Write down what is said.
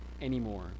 anymore